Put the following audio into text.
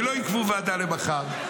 הרי לא עיכבו ועדה למחר,